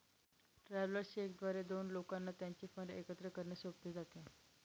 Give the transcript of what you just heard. travellers cheque द्वारे दोन लोकांना त्यांचे फंड एकत्र करणे सोपे जाते